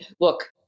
look